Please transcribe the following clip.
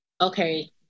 okay